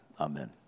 Amen